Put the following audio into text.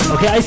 Okay